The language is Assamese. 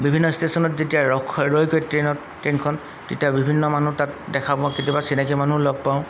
বিভিন্ন ষ্টেচনত যেতিয়া ৰখয় ৰৈ গৈ ট্ৰেইনত ট্ৰেইনখন তেতিয়া বিভিন্ন মানুহ তাত দেখা পাওঁ কেতিয়াবা চিনাকী মানুহো লগ পাওঁ